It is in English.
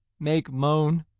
make moan